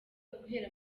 guhera